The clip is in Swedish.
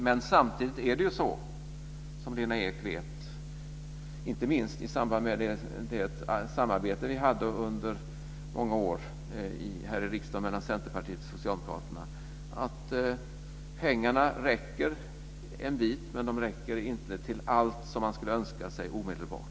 Men samtidigt är det så, som Lena Ek vet - inte minst efter det samarbete vi hade här i riksdagen under många år mellan Centerpartiet och socialdemokraterna - att pengarna räcker en bit, men de räcker inte till allt som man skulle önska sig omedelbart.